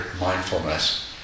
mindfulness